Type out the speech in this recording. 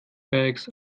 bags